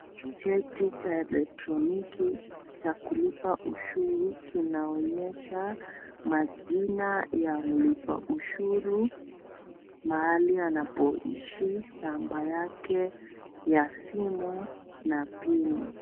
Cheti cha elektroniki cha kulipa ushuru kinaonyesha majina ya mulipa ushuru, mahali anapoishi, namba yake ya simu na pini.